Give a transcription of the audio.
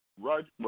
Roger